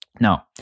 Now